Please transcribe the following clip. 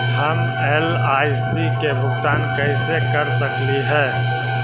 हम एल.आई.सी के भुगतान कैसे कर सकली हे?